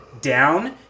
down